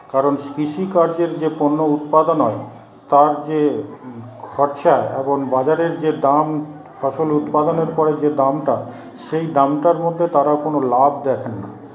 কারণ কৃষিকার্যের যে পণ্য উৎপাদন হয় তার যে খরচা এবং বাজারের যে দাম ফসল উৎপাদনের পরে যে দামটা সেই দামটার মধ্যে তারা কোনো লাভ দেখেননা